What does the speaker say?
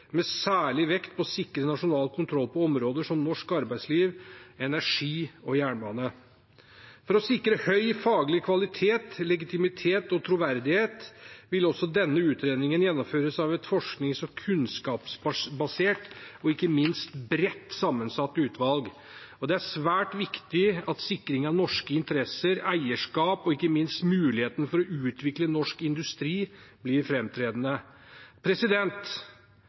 med særlig vekt på å sikre nasjonal kontroll på områder som norsk arbeidsliv, energi og jernbane. For å sikre høy faglig kvalitet, legitimitet og troverdighet vil også denne utredningen gjennomføres av et forsknings- og kunnskapsbasert – og ikke minst bredt sammensatt – utvalg. Det er svært viktig at sikring av norske interesser og eierskap, og ikke minst muligheten for å utvikle norsk industri, blir